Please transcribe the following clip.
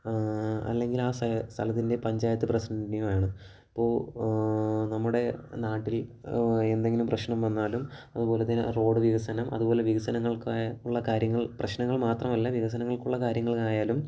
അല്ലെങ്കിൽ ആ സ് സ്ഥലത്തിൻ്റെ പഞ്ചായത്ത് പ്രസിഡൻറ്റിനേയോ ആണ് അപ്പോൾ നമ്മുടെ നാട്ടിൽ എന്തെങ്കിലും പ്രശ്നം വന്നാലും അതുപോലെതന്നെ റോഡ് വികസനം അതുപോലെ വികസനങ്ങൾക്കായ ഉള്ള കാര്യങ്ങൾ പ്രശ്നങ്ങൾ മാത്രമല്ല വികസനങ്ങൾക്കുള്ള കാര്യങ്ങളായാലും